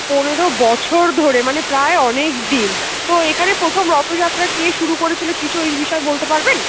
পনেরো বছর ধরে মানে প্রায় অনেক দিন তো এখানে প্রথম রথযাত্রা কে শুরু করেছিল কিছু এই বিষয়ে বলতে পারবেন